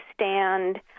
stand